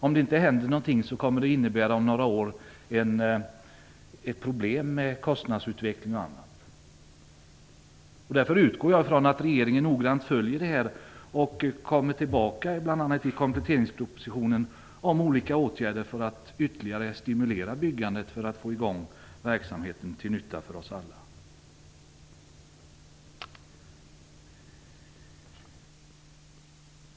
Om det inte händer något nu kommer det att innebära problem med kostnadsutvecklingen inom några år. Jag utgår därför ifrån att regeringen följer upp detta och återkommer till kompletteringspropositionen om olika åtgärder för att ytterligare stimulera byggandet för att få igång verksamheten till nytta för oss alla.